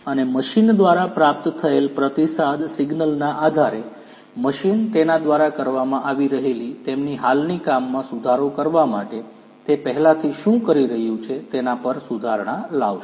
અને મશીન દ્વારા પ્રાપ્ત થયેલ પ્રતિસાદ સિગ્નલના આધારે મશીન તેના દ્વારા કરવામાં આવી રહેલી તેમની હાલની કામમાં સુધારો કરવા માટે તે પહેલાથી શું કરી રહ્યું છે તેના પર સુધારણા લાવશે